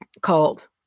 called